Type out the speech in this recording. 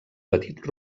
petit